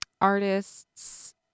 artists